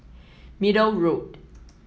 Middle Road